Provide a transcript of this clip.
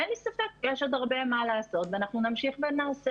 אין לי ספק שיש עוד הרבה מה לעשות ואנחנו נמשיך ונעשה,